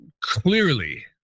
clearly